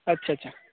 अच्छा अच्छा